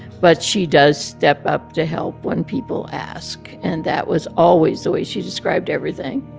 but she does step up to help when people ask, and that was always the way she described everything,